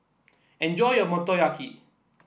enjoy your Motoyaki